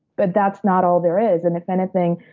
but that's not all there is. and if anything,